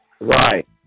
Right